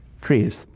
Trees